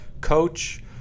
coach